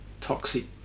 toxic